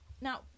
Now